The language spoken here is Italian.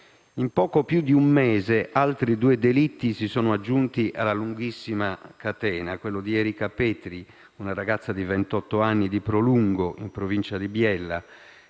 In poco più di un mese, altri due delitti si sono aggiunti alla lunghissima catena. Mi riferisco a Erika Preti, una ragazza di ventotto anni, di Pralungo, in provincia di Biella,